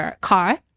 car